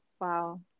wow